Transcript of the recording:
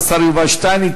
השר יובל שטייניץ.